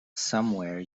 somewhere